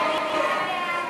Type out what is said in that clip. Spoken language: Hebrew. סעיף 18,